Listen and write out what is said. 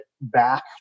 back